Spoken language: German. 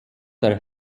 der